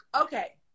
Okay